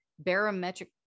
barometric